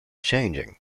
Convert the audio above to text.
changing